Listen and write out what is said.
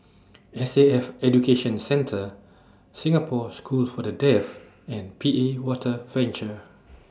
S A F Education Centre Singapore School For The Deaf and P A Water Venture